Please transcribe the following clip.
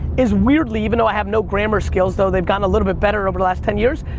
is weirdly, even though i have no grammar skills, though they've gotten a little bit better over the last ten years,